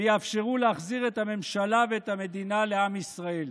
ויאפשרו להחזיר את הממשלה ואת המדינה לעם ישראל.